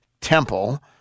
Temple